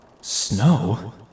Snow